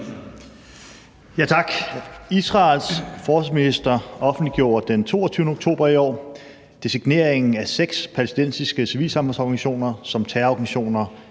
Tak. Israels forsvarsminister offentliggjorde den 22. oktober i år designeringen af seks palæstinensiske civilsamfundsorganisationer som terrororganisationer